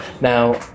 now